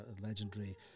legendary